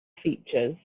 features